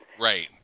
Right